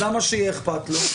אז למה שיהיה אכפת לו?